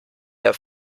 herr